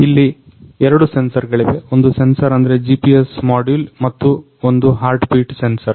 ಇಲ್ಲಿ ಎರಡು ಸೆನ್ಸರ್ಗಳಿವೆ ಒಂದು ಸೆನ್ಸರ್ ಅಂದ್ರೆ GPS ಮೊಡ್ಯಲ್ ಮತ್ತು ಒಂದು ಹಾರ್ಟ್ಬೀಟ್ ಸೆನ್ಸರ್